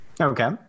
Okay